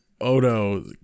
Odo